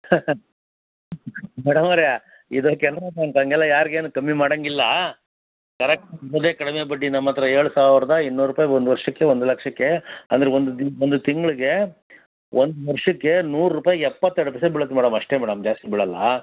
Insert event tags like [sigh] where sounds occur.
madam ಅವರೇ ಇದು Canara bank ಹಾಗೆಲ್ಲ ಯಾರಿಗೇನೂ ಕಮ್ಮಿ ಮಾಡೋಂಗಿಲ್ಲ [unintelligible] ಕಡಿಮೆ ಬಡ್ಡಿ ನಮ್ಮ ಹತ್ರ ಏಳು ಸಾವಿರದ ಇನ್ನೂರು ರೂಪಾಯಿ ಒಂದು ವರ್ಷಕ್ಕೆ ಒಂದು ಲಕ್ಷಕ್ಕೆ ಅಂದ್ರೆ ಒಂದು ದಿ ಒಂದು ತಿಂಗ್ಳಿಗೆ ಒಂದು ವರ್ಷಕ್ಕೆ ನೂರು ರೂಪಾಯ್ಗೆ ಎಪ್ಪತ್ತೆರಡು ಪೈಸೆ ಬೀಳತ್ತೆ ಅಷ್ಟೇ ಮೇಡಮ್ ಜಾಸ್ತಿ ಬೀಳೋಲ್ಲ